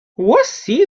aussi